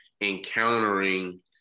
encountering